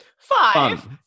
five